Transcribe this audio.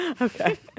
Okay